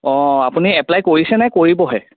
অ আপুনি এপ্লাই কৰিছে নে কৰিবহে